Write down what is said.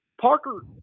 Parker